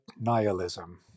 nihilism